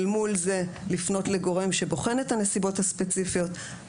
ומול זה לפנות לגורם שבוחן את הנסיבות הספציפיות.